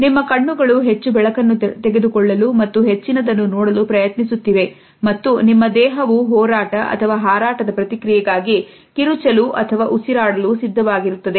ನಿಮ್ಮ ಕಣ್ಣುಗಳು ಹೆಚ್ಚು ಬೆಳಕನ್ನು ತೆಗೆದುಕೊಳ್ಳಲು ಮತ್ತು ಹೆಚ್ಚಿನದನ್ನು ನೋಡಲು ಪ್ರಯತ್ನಿಸುತ್ತಿವೆ ಮತ್ತು ನಿಮ್ಮ ದೇಹವು ಹೋರಾಟ ಅಥವಾ ಹಾರಾಟದ ಪ್ರತಿಕ್ರಿಯೆಗಾಗಿ ಕಿರುಚಲು ಅಥವಾ ಉಸಿರಾಡಲು ಸಿದ್ಧವಾಗಿರುತ್ತದೆ